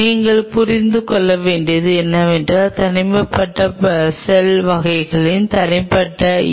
நீங்கள் புரிந்து கொள்ள வேண்டியது என்னவென்றால் தனிப்பட்ட செல் வகைகளில் தனிப்பட்ட ஈ